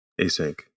async